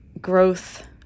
growth